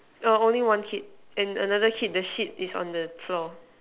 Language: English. err only one kid and another kid the seat is on the floor